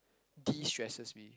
destresses me